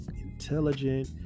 intelligent